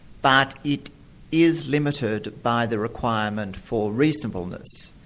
but it is limited by the requirement for reasonableness,